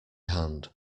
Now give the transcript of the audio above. hand